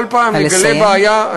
כל פעם נגלה בעיה, נא לסיים.